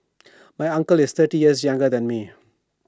my uncle is thirty years younger than me